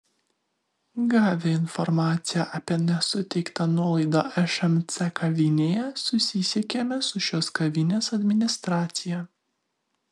gavę informaciją apie nesuteiktą nuolaidą šmc kavinėje susisiekėme su šios kavinės administracija